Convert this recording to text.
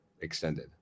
extended